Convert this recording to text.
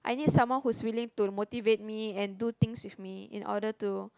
I need someone who's willing to motivate me and do things with me in order to